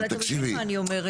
אבל אתה מבין מה אני אומרת.